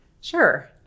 Sure